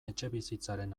etxebizitzaren